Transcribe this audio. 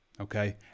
Okay